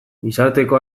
gizarteko